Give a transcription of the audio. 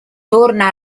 torna